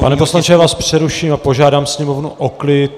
Pane poslanče, já vás přeruším a požádám sněmovnu o klid.